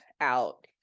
out